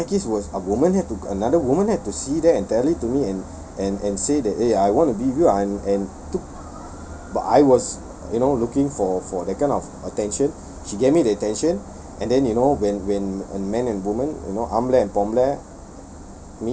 ya m~ my case was a woman had to another woman had to see that and tell it to me and and say that eh I want to you and took but I was you know looking for for that kind of attention she gave me the attention and then you know when when when man and woman you know ஆம்பள and பொம்பள:aambala and pombala